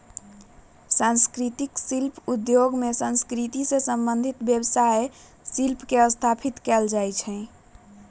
संस्कृतिक शिल्प उद्योग में संस्कृति से संबंधित व्यवसाय आ शिल्प के स्थापित कएल जाइ छइ